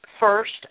First